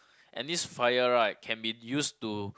and this fire right can been used to